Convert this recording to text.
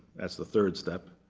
that's the third step.